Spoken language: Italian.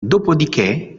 dopodiché